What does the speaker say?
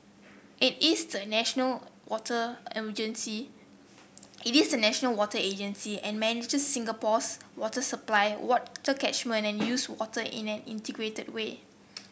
it is the national water agency it is the national water agency and manages Singapore's water supply water catchment and used water in an integrated way